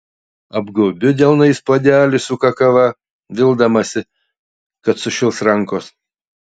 apgaubiu delnais puodelį su kakava vildamasi kad sušils rankos